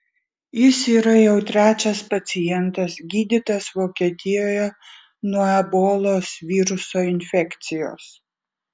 jis yra jau trečias pacientas gydytas vokietijoje nuo ebolos viruso infekcijos